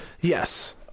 Yes